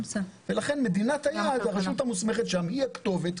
לכן הרשות המוסמכת במדינת היעד היא הכתובת,